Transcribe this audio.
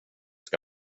ska